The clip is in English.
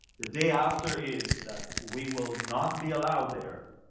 the day after is that we will not be allowed there.